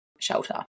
shelter